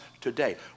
today